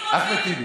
אחמד טיבי.